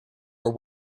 were